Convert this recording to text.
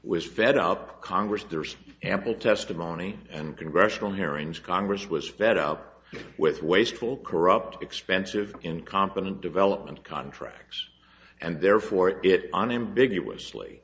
was fed up congress there's ample testimony and congressional hearings congress was fed up with wasteful corrupt expensive incompetent development contracts and therefore it unambiguous